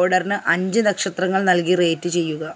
ഓർഡറിന് അഞ്ച് നക്ഷത്രങ്ങൾ നൽകി റേറ്റ് ചെയ്യുക